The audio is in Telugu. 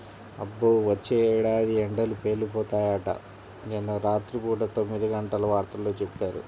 అబ్బో, వచ్చే ఏడాది ఎండలు పేలిపోతాయంట, నిన్న రాత్రి పూట తొమ్మిదిగంటల వార్తల్లో చెప్పారు